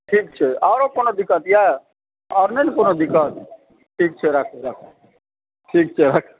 ठीक छै आरो कोनो दिक्कत यऽ आओर नहि ने कोनो दिक्कत ठीक छै राखु राखु